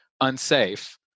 unsafe